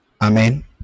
Amen